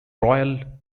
royal